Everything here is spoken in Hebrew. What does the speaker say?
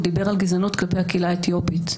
הוא דיבר על גזענות כלפי הקהילה האתיופית,